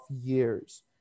years